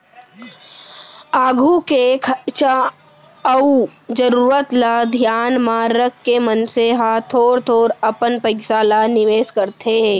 आघु के खरचा अउ जरूरत ल धियान म रखके मनसे ह थोर थोर अपन पइसा ल निवेस करथे